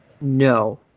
No